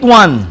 one